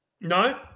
No